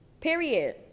Period